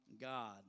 God